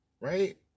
Right